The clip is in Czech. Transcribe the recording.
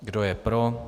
Kdo je pro?